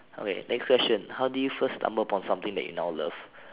okay next question how do you first stumble upon something that you now love